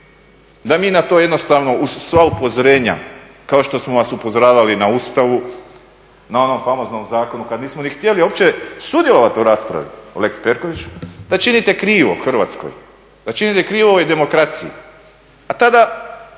da mi na to jednostavno uz sva upozorenja kao što smo vas upozoravali na Ustavu, na onom famoznom zakonu kad nismo ni htjeli uopće sudjelovati u raspravi o lex Perkoviću da činite krivo Hrvatskoj, da činite krivo ovoj demokraciji. A tada,